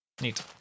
Neat